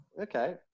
Okay